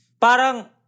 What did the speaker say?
parang